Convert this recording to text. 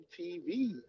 TV